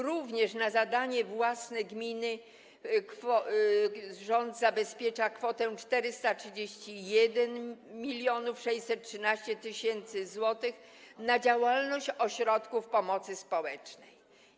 Również na zadanie własne gminy rząd zabezpiecza kwotę 431 613 tys. zł - na działalność ośrodków pomocy społecznej.